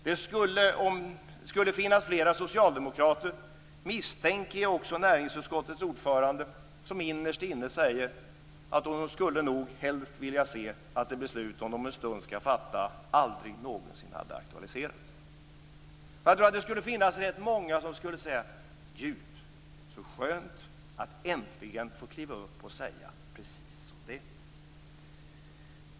Det skulle finnas flera socialdemokrater, också näringsutskottets ordförande, misstänker jag, som innerst inne helst skulle vilja se att det beslut de om en stund skall fatta aldrig någonsin hade aktualiserats. Jag tror att det skulle finnas rätt många som skulle säga: Gud, så skönt att äntligen få kliva upp och säga precis som det är!